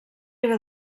era